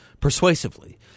persuasively